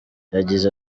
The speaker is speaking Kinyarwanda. yagize